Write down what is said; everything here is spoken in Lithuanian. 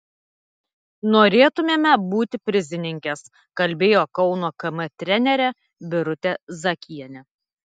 norėtumėme būti prizininkės kalbėjo kauno km trenerė birutė zakienė